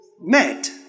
met